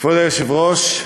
כבוד היושב-ראש,